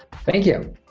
thank you.